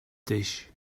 dish